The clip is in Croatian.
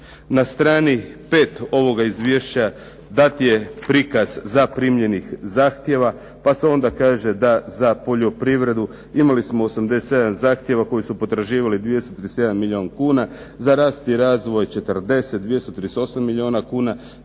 Na strani 5 ovoga izvješća dat je prikaz zaprimljenih zahtjeva, pa se onda kaže da za poljoprivredu imali smo 87 zahtjeva koji su potraživali 231 milijun kuna, za rast i razvoj 40, 238 milijuna kuna.